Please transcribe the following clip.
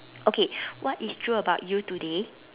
okay what is true about you today